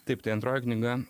taip tai antroji knyga